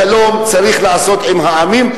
את השלום צריך לעשות עם העמים,